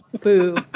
Boo